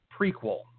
prequel